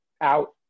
out